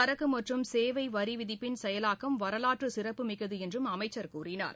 சரக்கு மற்றும் சேவைவரி விதிப்பின் செயலாக்கம் வரலாற்று சிறப்புமிக்கது என்றும் அவர் கூறினார்